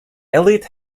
eliot